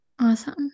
Awesome